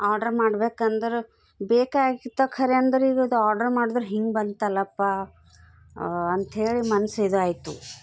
order ಮಾಡ್ಬೇಕೆಂದ್ರೆ ಬೇಕಾಗಿತ್ತು ಖರೆ ಅಂದ್ರೆ ಇವಾಗ ಆರ್ಡ್ರ್ ಮಾಡಿದ್ರೆ ಹಿಂಗೆ ಬಂತಲ್ಲಪ್ಪಾ ಅಂಥೇಳಿ ಮನ್ಸು ಇದಾಯ್ತು